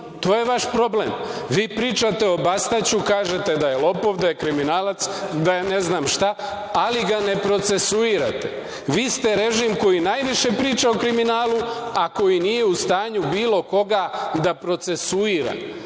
To je vaš problem. Vi pričate o Bastaću, kažete da je lopov, kriminalac, da je ne znam šta, ali ga ne procesuirate. Vi ste režim koji najviše priča o kriminalu, a koji nije u stanju bilo koga da procesuira.